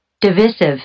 Divisive